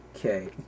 Okay